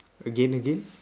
again again